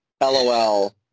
LOL